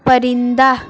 پرندہ